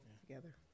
together